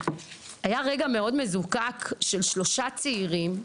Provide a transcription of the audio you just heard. היה רגע מאוד מזוקק של שלושה צעירים,